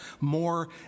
more